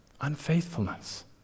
Unfaithfulness